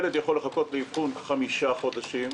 ילד יכול לחכות לאבחון חמישה חודשים,